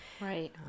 Right